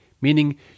meaning